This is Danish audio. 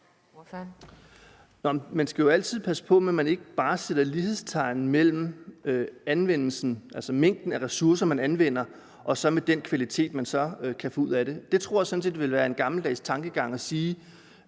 Man skal altid passe på med bare at sætte lighedstegn mellem mængden af ressourcer, man anvender, og den kvalitet, man så kan få ud af det. Det tror jeg sådan set ville være en gammeldags tankegang. Der